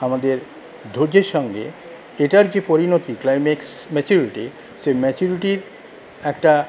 আমাদের ধৈর্যের সঙ্গে এটার যে পরিণতি ক্লাইম্যাক্স ম্যাচুরিটি সেই ম্যাচুরিটির একটা